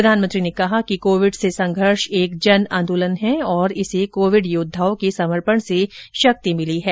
प्रधानमंत्री ने कहा कि कोविडसे संघर्ष एक जन आंदोलन है और इसे कोविड योद्वाओं के समर्पण से शक्ति मिली है